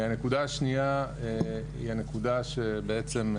הנקודה השנייה היא הנקודה שבעצם,